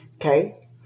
Okay